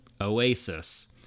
Oasis